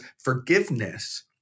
forgiveness